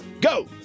Go